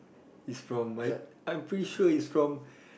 is from my I'm pretty sure is from